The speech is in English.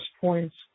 points